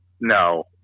No